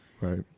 Right